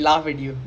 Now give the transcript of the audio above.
stop